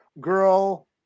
girl